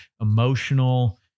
emotional